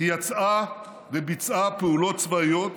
היא יצאה וביצעה פעולות צבאיות